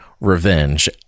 Revenge